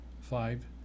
five